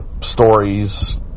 stories